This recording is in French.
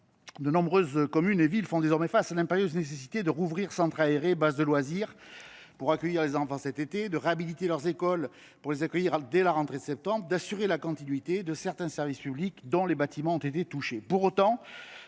De nombreuses communes et villes font désormais face à l’impérieuse nécessité de rouvrir centres aérés et bases de loisirs pour accueillir les enfants cet été, de réhabiliter leurs écoles pour les accueillir dès la rentrée de septembre prochain et d’assurer la continuité de certains services publics dont les bâtiments ont été touchés.